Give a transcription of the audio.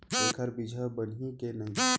एखर बीजहा बनही के नहीं?